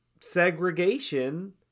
segregation